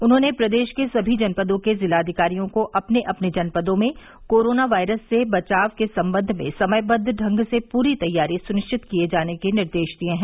उन्होंने प्रदेश के समी जनपदों के जिलाधिकारियों को अपने अपने जनपदों में कोरोना वायरस से बचाव के सम्बन्ध में समयबद्व ढंग से पूरी तैयारी सुनिश्चित किए जाने के निर्देश दिए हैं